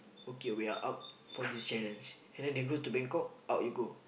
okay we are up for this challenge and then they go to Bangkok out you go